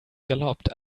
galloped